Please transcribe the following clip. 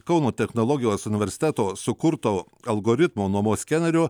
kauno technologijos universiteto sukurto algoritmo nuomos skeneriu